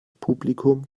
publikum